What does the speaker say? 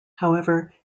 however